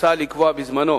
הוצע לקבוע בזמנו,